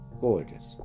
gorgeous